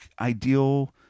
ideal